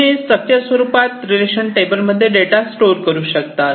तुम्ही स्ट्रक्चर्ड स्वरूपात relation table मध्ये डेटा स्टोअर करू शकतात